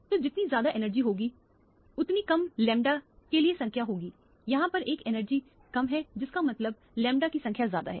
तो जितनी ज्यादा एनर्जी होगी उतनी कम लैम्ब्डा के लिए संख्या होगी और यहां पर एनर्जी कम है जिसका मतलब लैम्ब्डा की संख्या ज्यादा है